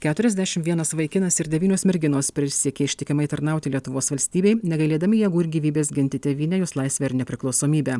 keturiasdešimt vienas vaikinas ir devynios merginos prisiekė ištikimai tarnauti lietuvos valstybei negailėdami jėgų ir gyvybės ginti tėvynę jos laisvę ir nepriklausomybę